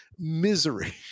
misery